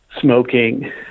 smoking